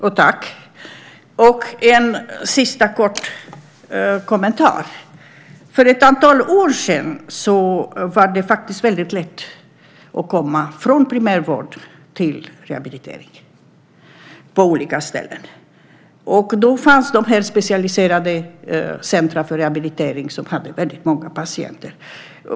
Herr talman! Jag tackar arbetsmarknadsministern. Jag har en sista kort kommentar. För ett antal år sedan var det faktiskt väldigt lätt att komma från primärvården till rehabiliteringen på olika ställen. Då fanns de specialiserade centrumen för rehabilitering som hade väldigt många patienter.